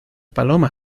paloma